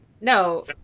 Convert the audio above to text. No